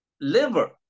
liver